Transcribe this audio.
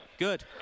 Good